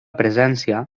presència